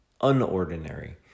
unordinary